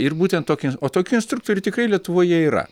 ir būtent tokia o tokių instruktorių tikrai lietuvoje yra